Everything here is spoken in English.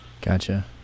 Gotcha